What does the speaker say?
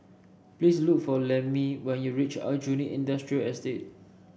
please look for Lemmie when you reach Aljunied Industrial Estate